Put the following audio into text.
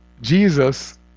Jesus